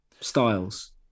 styles